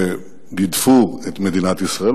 שגידפו את מדינת ישראל.